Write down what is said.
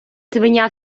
свиня